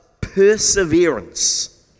perseverance